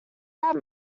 that